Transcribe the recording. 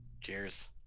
Cheers